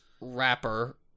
rapper